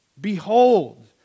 Behold